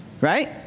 Right